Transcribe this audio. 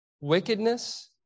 wickedness